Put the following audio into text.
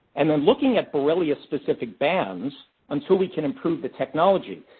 and then looking at borrelia-specific bands until we can improve the technology.